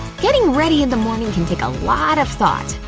getting ready in the morning can take a lot of thought.